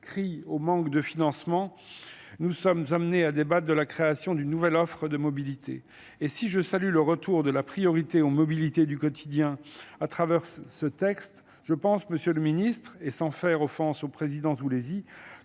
crient au manque de financement nousmêmes de la création d'une nouvelle offre de mobilité et si je salue le retour de la priorité, mobilité du quotidien à travers ce texte, je pense M. le ministre et sans faire offense au président Zuleeg